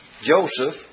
Joseph